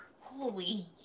holy